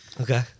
Okay